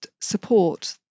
support